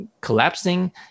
collapsing